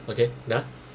okay dah